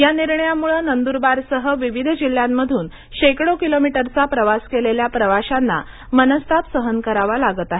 या निर्णयामुळे नंदुरबारसह विविध जिल्ह्यांमधुन शेकडो किलोमीटरचा प्रवास केलेल्या प्रवाश्यांना मनस्ताप सहन करावा लागत आहे